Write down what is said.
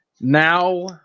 Now